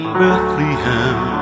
bethlehem